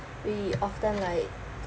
we often like